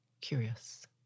curious